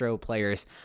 players